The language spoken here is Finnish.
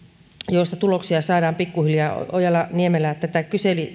joista tuloksia saadaan pikkuhiljaa ojala niemelä kyseli